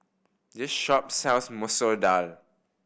this shop sells Masoor Dal